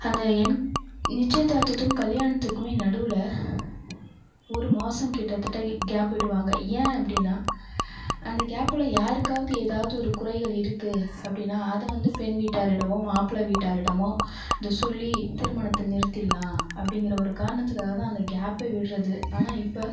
அந்த என் நிச்சயதார்த்தத்துக்கும் கல்யாணத்துக்குமே நடுவில் ஒரு மாதம் கிட்டத்தட்ட கேப் விடுவாங்க ஏன் அப்படின்னா அந்த கேப்பில் யாருக்காவது ஏதாவது ஒரு குறைகள் இருக்கு அப்படின்னா அதை வந்து பெண் வீட்டாரிடமோ மாப்பிள்ளை வீட்டாரிடமோ இதை சொல்லி திருமணத்தை நிறுத்திவிட்லாம் அப்படிங்கிற ஒரு காரணத்துக்காக தான் அந்த கேப்பே விடுறது ஆனால் இப்போ